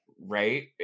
right